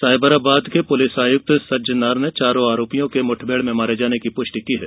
साइबराबाद के पुलिस आयुक्त सज्जनार ने चारों आरोपियों के मुठभेड़ में मारे जाने की पुष्टि की है